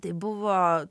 tai buvo